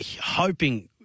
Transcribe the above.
hoping